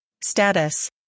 Status